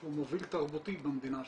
שהוא מוביל תרבותי במדינה שלנו,